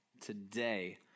today